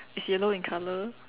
is yellow in color